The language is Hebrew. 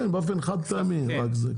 כן באופן חד פעמי רק זה.